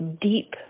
deep